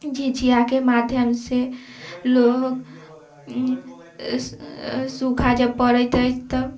झिझियाके माध्यमसँ लोग सूखा जब पड़ैत अछि तब